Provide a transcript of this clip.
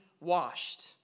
washed